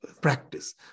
practice